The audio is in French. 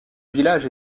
village